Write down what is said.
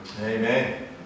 Amen